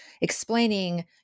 explaining